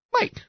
Mike